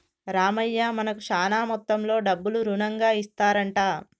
రామయ్య మనకు శాన మొత్తంలో డబ్బులు రుణంగా ఇస్తారంట